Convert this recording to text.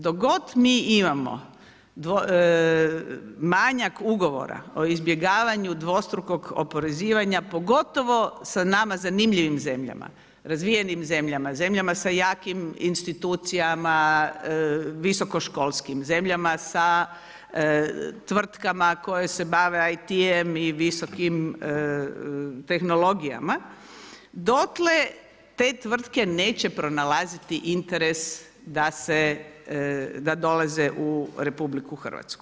Dok god mi imamo manjak ugovora o izbjegavanju dvostrukog oporezivanja, pogotovo sa nama zanimljivim zemljama, razvijenim zemljama, zemljama sa jakim institucijama visokoškolskim, zemljama sa tvrtkama koje se bave IT-em i visokim tehnologija, dotle te tvrtke neće pronalaziti interes da dolaze u RH.